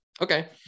Okay